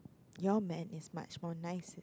your man is much more nicer